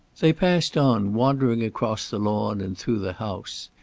they passed on, wandering across the lawn, and through the house.